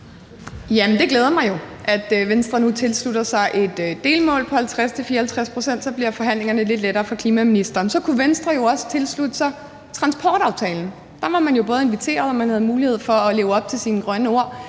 (S): Det glæder mig jo, at Venstre tilslutter sig et delmål på 50-54 pct. Så bliver forhandlingerne lidt lettere for klimaministeren. Så kunne Venstre jo også tilslutte sig transportaftalen. Der var man jo både inviteret og havde mulighed for at leve op til sine grønne ord,